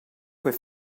quei